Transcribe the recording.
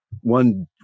one